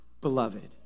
beloved